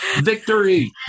Victory